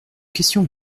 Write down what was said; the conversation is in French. question